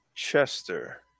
Chester